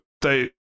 they-